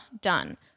done